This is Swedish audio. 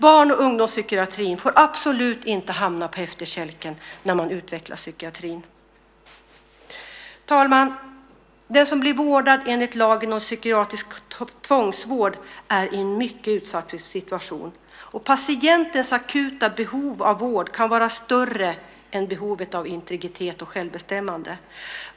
Barn och ungdomspsykiatrin får absolut inte hamna på efterkälken när man utvecklar psykiatrin. Herr talman! Den som blir vårdad enligt lagen om psykiatrisk tvångsvård är i en mycket utsatt situation. Patientens akuta behov av vård kan vara större än behovet av integritet och självbestämmande.